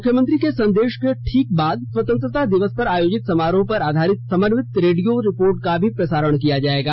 मुख्यमंत्री के संदेश के ठीक बाद स्वतंत्रता दिवस पर आयोजित समारोह पर आधारित समन्वित रेडियो रिपोर्ट का भी प्रसारण किया जाएगा